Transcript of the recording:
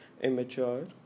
Immature